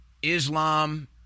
Islam